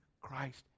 Christ